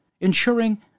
ensuring